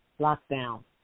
lockdown